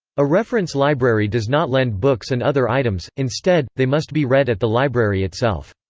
a reference library does not lend books and other items instead, they must be read at the library itself.